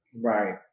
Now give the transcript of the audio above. Right